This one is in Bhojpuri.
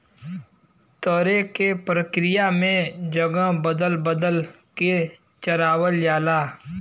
तरे के प्रक्रिया में जगह बदल बदल के चरावल जाला